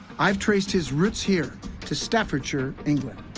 i've traced his roots here to staffordshire, england.